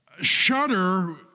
Shudder